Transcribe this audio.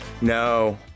no